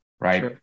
right